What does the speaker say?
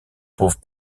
pauvre